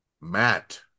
Matt